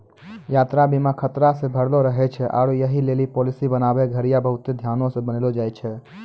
यात्रा बीमा खतरा से भरलो रहै छै आरु यहि लेली पालिसी बनाबै घड़ियां बहुते ध्यानो से बनैलो जाय छै